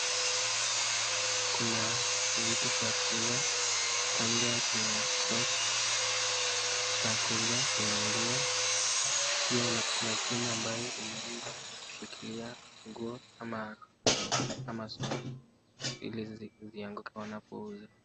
Kuna vitu vya kuzaa kwanza Kuna soksi za kuuza kun nguo pia kuna chuma mbaye ineundwa kushikilia nguo ama soksi hili isianguke unapo unauza.